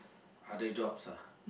other jobs ah